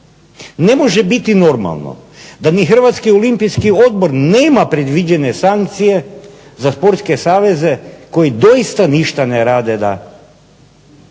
Ne može biti normalno da ni Hrvatski olimpijski odbor nema predviđene sankcije za sportske saveze koji doista ništa ne rade da